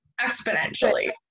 exponentially